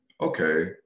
okay